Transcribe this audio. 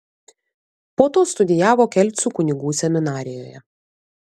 po to studijavo kelcų kunigų seminarijoje